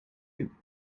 you